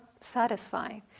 satisfying